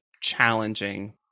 challenging